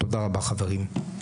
תודה רבה, חברים.